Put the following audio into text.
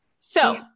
So-